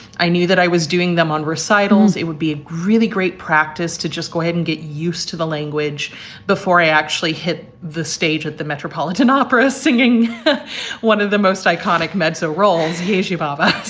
i knew that i was doing them on recitals. it would be a really great practice to just go ahead and get used to the language before i actually hit the stage at the metropolitan opera singing one of the most iconic mezzo roles. revolver.